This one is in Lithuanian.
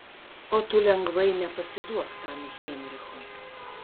o tu lengvai nepasiduok tam heinrichui